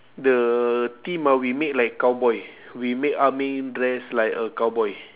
the theme ah we make like cowboy we make ah ming dress like a cowboy